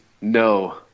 No